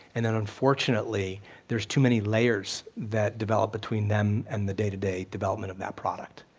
and then unfortunately there's too many layers that develop between them and the day to day development of that product.